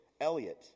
Elliot